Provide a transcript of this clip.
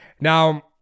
Now